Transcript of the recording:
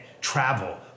travel